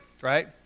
Right